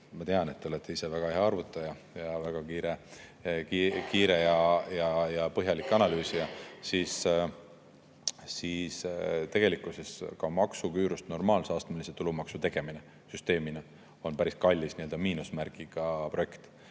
ma tean, et te olete ise väga hea arvutaja ja väga kiire ja põhjalik analüüsija –, tegelikkuses on maksuküüru asemele normaalse astmelise tulumaksusüsteemi tegemine samuti päris kallis nii-öelda miinusmärgiga projekt.